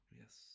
Yes